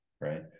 right